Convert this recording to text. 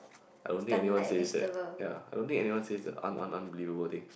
I don't think anyone says that ya I don't think anyone says the un~ un~ un~ unbelievable thing